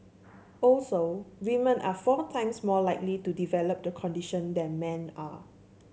also women are four times more likely to develop the condition than men are